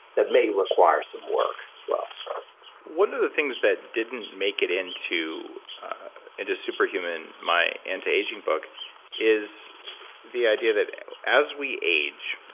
that may require some work as well one of the things that didn't make it into into superhuman, my anti-aging book is the idea that as we age,